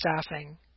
staffing